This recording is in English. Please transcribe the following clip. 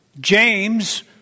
James